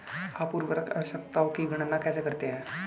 आप उर्वरक आवश्यकताओं की गणना कैसे करते हैं?